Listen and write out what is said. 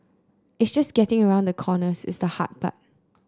it's just getting around the corners is the hard part